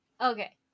Okay